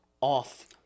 off